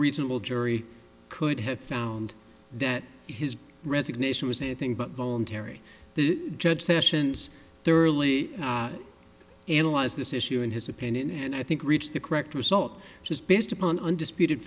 reasonable jury could have found that his resignation was anything but voluntary the judge sessions thoroughly analyzed this issue in his opinion and i think reached the correct result which is based upon undisputed